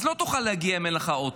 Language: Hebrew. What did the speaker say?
אז לא תוכל להגיע אם אין לך אוטו.